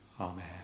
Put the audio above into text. amen